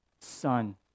son